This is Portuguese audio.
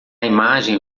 imagem